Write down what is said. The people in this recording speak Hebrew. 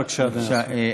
בבקשה, אדוני.